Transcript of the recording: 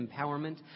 empowerment